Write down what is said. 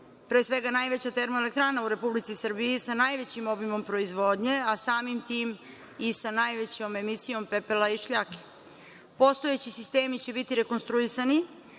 pre svega, najveća termoelektrana u Republici Srbiji, sa najvećim obimom proizvodnje, a samim tim i sa najvećom emisijom pepela i šljake. Postojeći sistemi će biti rekonstruisani,